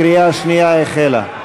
קריאה שנייה החלה.